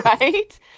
Right